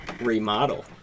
remodel